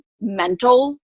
mental